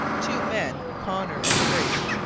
two men, connor and grace,